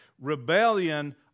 rebellion